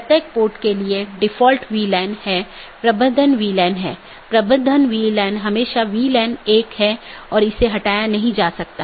प्रत्येक AS के पास इष्टतम पथ खोजने का अपना तरीका है जो पथ विशेषताओं पर आधारित है